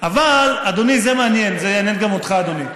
אבל אדוני, זה מעניין, זה יעניין גם אותך, אדוני: